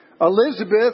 Elizabeth